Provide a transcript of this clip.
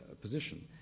position